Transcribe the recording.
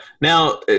Now